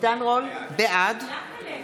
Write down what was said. בעד